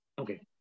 Okay